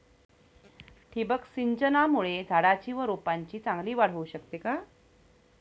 ठिबक सिंचनामुळे झाडाची व रोपांची चांगली वाढ होऊ शकते का?